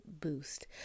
boost